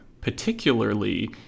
particularly